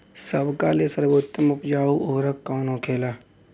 सबका ले सर्वोत्तम उपजाऊ उर्वरक कवन होखेला?